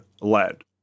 lead